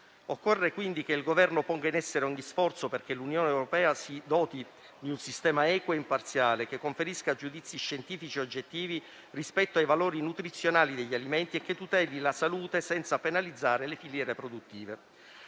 Occorre quindi che il Governo dispieghi ogni sforzo perché l'Unione europea si doti di un sistema equo e imparziale, che conferisca giudizi scientifici oggettivi rispetto ai valori nutrizionali degli alimenti e che tuteli la salute senza penalizzare le filiere produttive.